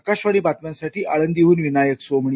आकाशवाणी बातम्यांसाठी आळंदीहन विनायक सोमणी